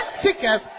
seekers